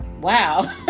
wow